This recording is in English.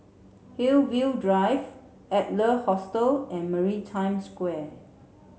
Hillview Drive Adler Hostel and Maritime Square